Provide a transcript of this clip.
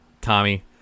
Tommy